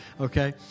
okay